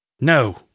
No